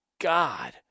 god